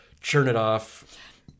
churn-it-off